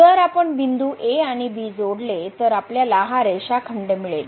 जर आपण बिंदू a आणि b जोडले तर आपल्याला हा रेषाखंड मिळेल